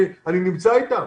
אני נמצא איתם,